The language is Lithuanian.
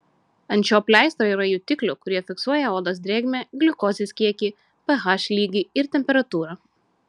ant šio pleistro yra jutiklių kurie fiksuoja odos drėgmę gliukozės kiekį ph lygį ir temperatūrą